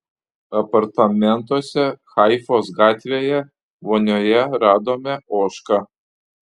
apartamentuose haifos gatvėje vonioje radome ožką